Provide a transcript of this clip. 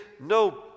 no